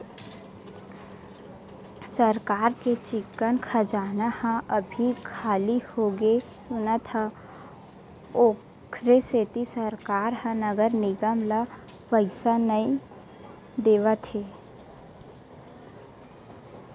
सरकार के चिक्कन खजाना ह अभी खाली होगे सुनत हँव, ओखरे सेती सरकार ह नगर निगम ल पइसा नइ देवत हे